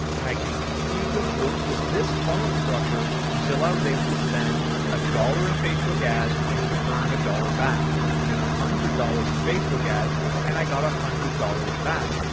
and i continued to work with this funnel structure until i was able to spend a dollar in facebook ads and to earn a dollar back, i put in a hundred dollars in facebook ads and i got a hundred dollars back.